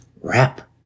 wrap